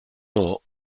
note